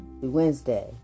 Wednesday